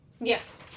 Yes